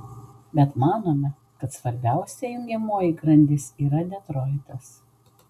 bet manome kad svarbiausia jungiamoji grandis yra detroitas